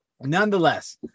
nonetheless